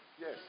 Yes